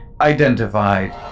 identified